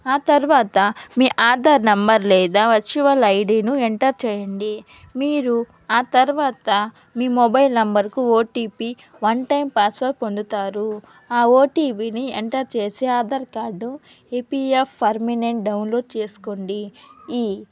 ఆ తర్వాత మీ ఆధార్ నెంబర్ లేదా వర్చువల్ ఐ డీను ఎంటర్ చేయండి మీరు ఆ తర్వాత మీ మొబైల్ నెంబర్కు O T P one time password పొందుతారు ఆ ఓ టీ పీని ఎంటర్ చేసి Aadhaar card E P F permanent download చేసుకోండి ఈ